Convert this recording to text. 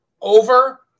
over